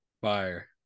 Fire